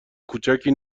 کوچکی